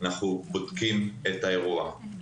אנחנו בודקים את האירוע,